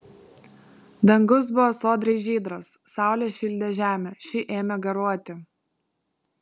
dangus buvo sodriai žydras saulė šildė žemę ši ėmė garuoti